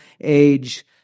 age